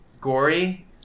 gory